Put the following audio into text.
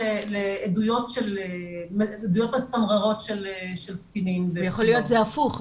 נחשפים לעדויות מצמררות של קטינים --- יכול להיות שזה הפוך.